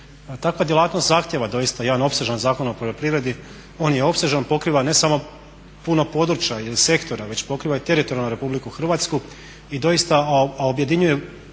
Takva djelatnost zahtjeva doista jedan opsežan Zakon o poljoprivredi. On je opsežan, pokriva ne samo puno područja ili sektora već pokriva i teritorijalno RH a doista objedinjuje